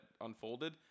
unfolded